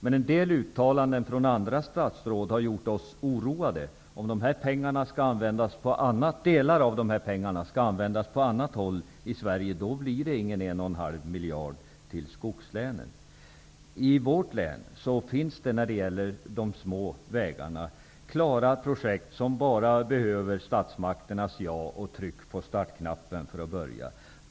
Men en del uttalanden från andra statsråd har gjort oss oroade. Om en del av de här pengarna skall användas på annat håll i Sverige blir det inga en och en halv miljarder till skogslänen. I vårt län finns det färdiga projekt för de små vägarna. De behöver bara statsmakternas ja och en tryckning på startknappen för att komma i gång.